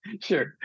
Sure